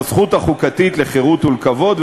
בזכות החוקתית לחירות ולכבוד,